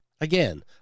Again